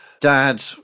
dad